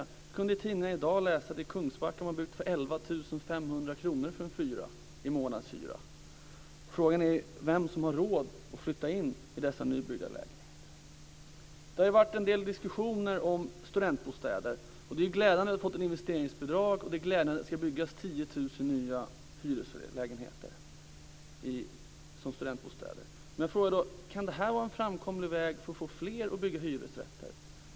Vi kunde i tidningen i dag läsa att i Kungsbacka har man byggt lägenheter med en månadshyra som är 11 500 kr för en fyra. Frågan är vem som har råd att flytta in i dessa nybyggda lägenheter. Det har ju varit en del diskussioner om studentbostäder. Det är glädjande att vi fått ett investeringsbidrag och att det ska byggas 10 000 nya hyreslägenheter som studentbostäder. Men frågan är om det här kan vara en framkomlig väg för att få fler att bygga hyresrätter.